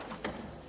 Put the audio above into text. Hvala